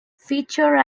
feature